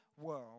world